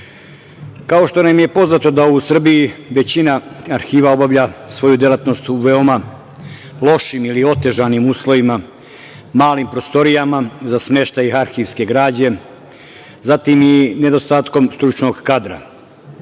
što nam je poznato da u Srbiji većina arhiva obavlja svoju delatnost u veoma lošim ili otežanim uslovima, malim prostorijama za smeštaj arhivske građe, zatim i nedostatkom stručnog kadra.